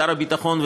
לשר הביטחון,